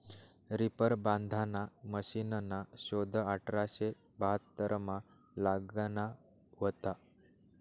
reaper बांधाना मशिनना शोध अठराशे बहात्तरमा लागना व्हता